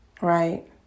Right